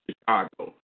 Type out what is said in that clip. Chicago